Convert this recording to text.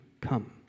come